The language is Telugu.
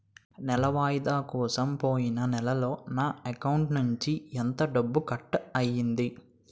నెల వాయిదా కోసం పోయిన నెలలో నా అకౌంట్ నుండి ఎంత కట్ అయ్యింది?